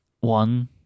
one